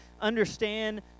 understand